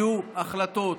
יהיו החלטות,